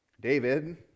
David